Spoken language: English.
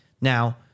Now